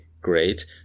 great